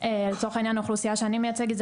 לצורך העניין האוכלוסייה שאני מייצגת אלו